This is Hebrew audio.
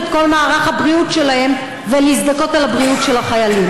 אתם הסמל של האחריות החברתית, גם האישית וגם